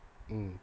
mm